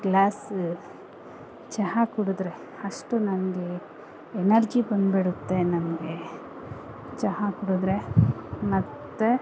glass ಚಹಾ ಕುಡಿದ್ರೆ ಅಷ್ಟು ನನಗೆ ಎನರ್ಜಿ ಬಂದ್ಬಿಡುತ್ತೆ ನನಗೆ ಚಹಾ ಕುಡಿದ್ರೆ ಮತ್ತೆ